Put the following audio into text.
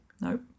Nope